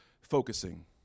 focusing